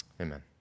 Amen